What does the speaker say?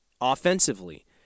offensively